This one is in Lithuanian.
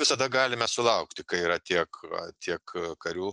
visada galime sulaukti kai yra tiek tiek karių